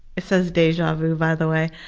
it says deja vu by the way